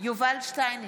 יובל שטייניץ,